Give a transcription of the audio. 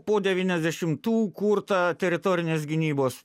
po devyniasdešimtų kurtą teritorinės gynybos